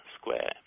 square